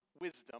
wisdom